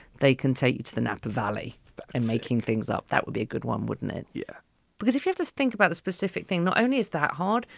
they can take you to the napa valley and making things up. that would be a good one, wouldn't it? yeah because if you just think about the specific thing, not only is that hard,